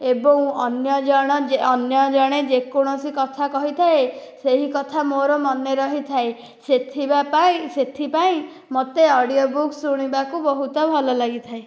ଏବଂ ଅନ୍ୟ ଜଣ ଅନ୍ୟ ଜଣେ ଯେକୌଣସି କଥା କହିଥାଏ ସେହି କଥା ମୋର ମନେରହିଥାଏ ସେଥିବା ପାଇଁ ସେଥିପାଇଁ ମୋତେ ଓଡ଼ିଓ ବୁକ୍ ଶୁଣିବାକୁ ମୋତେ ବହୁତ ଭଲ ଲାଗିଥାଏ